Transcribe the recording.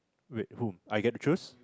wait whom I get to choose